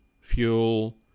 fuel